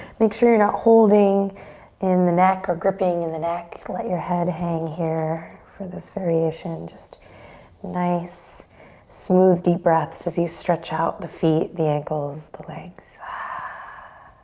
make sure you're not holding in the neck or gripping in the neck. let your head hang here for this variation, just nice smooth deep breaths as you stretch out the feet, the ankles, the legs. ah